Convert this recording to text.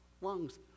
lungs